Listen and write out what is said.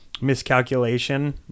miscalculation